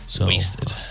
Wasted